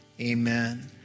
Amen